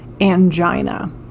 angina